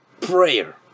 prayer